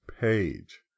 Page